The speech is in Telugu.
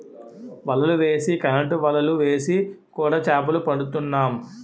వలలు వేసి కరెంటు వలలు వేసి కూడా చేపలు పడుతున్నాం